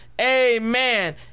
amen